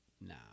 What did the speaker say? Nah